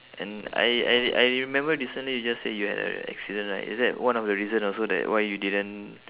and I I I remember recently you just said you had an accident right is that one of the reason also that why you didn't